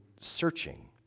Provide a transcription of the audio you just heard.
searching